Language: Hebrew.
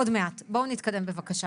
עוד מעט, בואו נתקדם בבקשה.